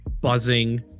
buzzing